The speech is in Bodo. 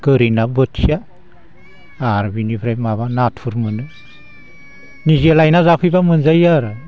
गोरि ना बोथिया आर बिनिफ्राय माबा नाथुर मोनो निजे लायना जाफैब्ला मोनजायो आरो